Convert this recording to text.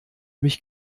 mich